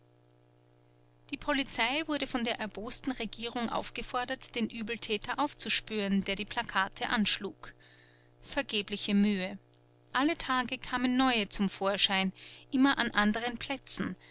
die polizei wurde von der erbosten regierung aufgefordert den uebeltäter aufzuspüren der die plakate anschlug vergebliche mühe alle paar tage kamen neue zum vorschein immer an anderen plätzen